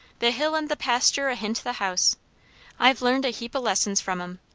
the hill and the pasture ahint the house i've learned a heap of lessons from em.